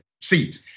seats